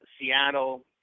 Seattle